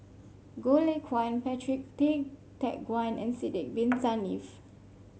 Goh Lay Kuan Patrick Tay Teck Guan and Sidek Bin Saniff